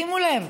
שימו לב,